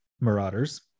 Marauders